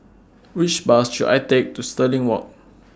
Which Bus should I Take to Stirling Walk